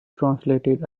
translated